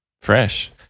Fresh